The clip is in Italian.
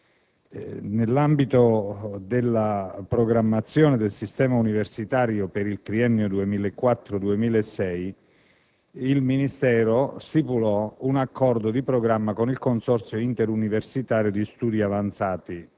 Nell'ambito della programmazione del sistema universitario per il triennio 2004-2006 il Ministero stipulò un accordo di programma con il Consorzio interuniversitario di studi avanzati,